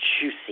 juicy